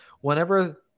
whenever